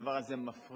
הדבר הזה מפריע,